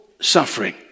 suffering